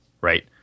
right